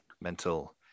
mental